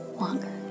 longer